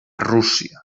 rússia